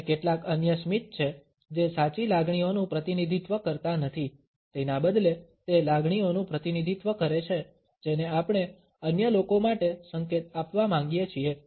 અને કેટલાક અન્ય સ્મિત છે જે સાચી લાગણીઓનું પ્રતિનિધિત્વ કરતા નથી તેના બદલે તે લાગણીઓનું પ્રતિનિધિત્વ કરે છે જેને આપણે અન્ય લોકો માટે સંકેત આપવા માંગીએ છીએ